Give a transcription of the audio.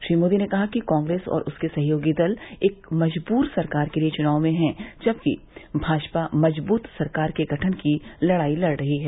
श्री मोदी ने कहा कि कांग्रेस और उसके सहयोगी दल एक मजबूर सरकार के लिए चुनाव में हैं जबकि भाजपा मजबूत सरकार के गठन की लड़ाई लड़ रही है